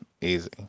easy